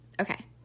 okay